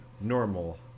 normal